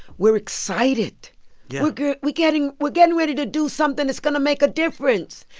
we're excited yeah we're getting we're getting ready to do something that's going to make a difference,